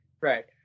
Right